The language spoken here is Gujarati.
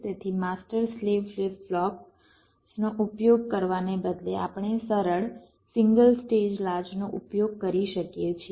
તેથી માસ્ટર સ્લેવ ફ્લિપ ફ્લોપ્સનો ઉપયોગ કરવાને બદલે આપણે સરળ સિંગલ સ્ટેજ લાચનો ઉપયોગ કરી શકીએ છીએ